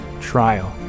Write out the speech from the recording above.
trial